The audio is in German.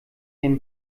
den